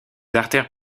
artères